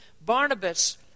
Barnabas